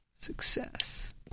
success